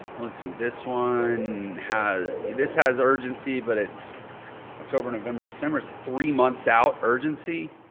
let's see, this one has, this has urgency but it's october, november, december, it's three months out urgency.